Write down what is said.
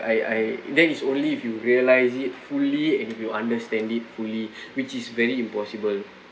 I I that is only if you realise it fully and you understand it fully which is very impossible